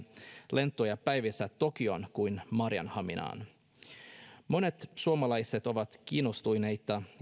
lentoja päivässä tokioon kuin maarianhaminaan monet suomalaiset ovat kiinnostuneita